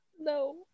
No